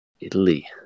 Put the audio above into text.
Italy